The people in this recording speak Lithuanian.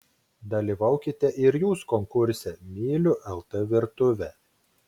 dalyvaukite ir jūs konkurse myliu lt virtuvę